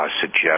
suggest